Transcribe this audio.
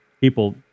people